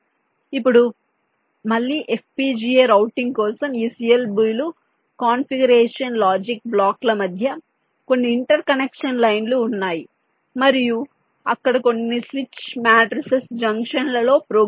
అప్పుడు మళ్ళీ FPGA routing కోసం ఈ CLB లు కాన్ఫిగరేషన్ లాజిక్ బ్లాక్ల మధ్య కొన్ని ఇంటర్ కనెక్షన్ లైన్లు ఉన్నాయి మరియు అక్కడ కొన్ని స్విచ్ మాట్రిసెస్ జంక్షన్లలో ప్రోగ్రామబుల్